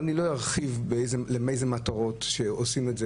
ואני לא ארחיב לאיזה מטרות עושים את זה,